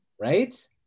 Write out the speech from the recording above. right